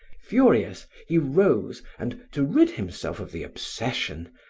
furious, he rose and to rid himself of the obsession,